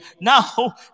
Now